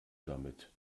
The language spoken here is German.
damit